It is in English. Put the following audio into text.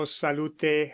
salute